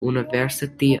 university